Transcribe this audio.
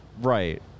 Right